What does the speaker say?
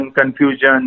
confusion